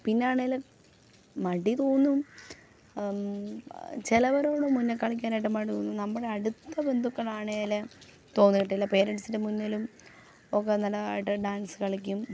പിന്നാണേൽ മടി തോന്നും ചിലവരോട് മുന്നേ കളിക്കാനായിട്ട് മടി തോന്നും നമ്മുടെ അടുത്ത ബന്ധുക്കളാണേൽ തോന്നിയിട്ടില്ല പേരെൻസിൻറ്റെ മുന്നിലും ഒക്കെ നല്ലതായിട്ട് ഡാൻസ് കളിക്കും